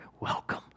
welcome